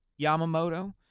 Yamamoto